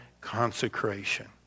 consecration